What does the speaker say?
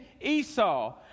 Esau